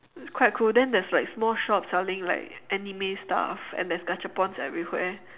it's quite cool then there is like small shops selling like anime stuff and there is gashapons everywhere